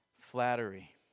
Flattery